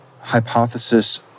hypothesis